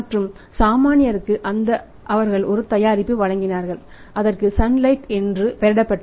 மற்றும் சாமானியர்க்கு அவர்கள் ஒரு தயாரிப்பு வழங்கினார்கள் அதற்கு சன்லைட் என்று பெயரிடப்பட்டது